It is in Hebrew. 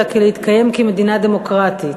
אלא להתקיים כמדינה דמוקרטית.